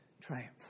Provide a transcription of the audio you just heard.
Triumph